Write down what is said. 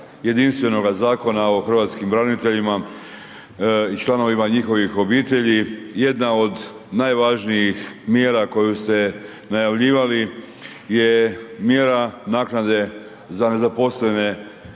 jedinstvenoga zakona o hrvatskim braniteljima i članovima njihovih obitelji jedna od najvažnijih mjera koju ste najavljivali je mjera naknade za nezaposlene